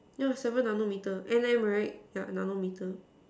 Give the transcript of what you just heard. yeah seven nano metre M_M right yeah nano metre